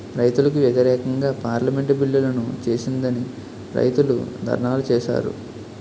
రైతులకు వ్యతిరేకంగా పార్లమెంటు బిల్లులను చేసిందని రైతులు ధర్నాలు చేశారు